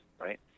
Right